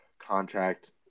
contract